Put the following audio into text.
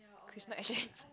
Christmas exchange